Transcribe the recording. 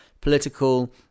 political